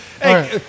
hey